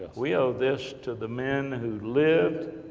we owe this to the men who lived,